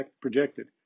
projected